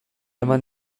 eman